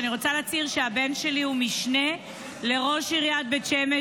אני רוצה להצהיר שהבן שלי הוא משנה לראש עיריית בית שמש.